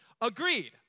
Agreed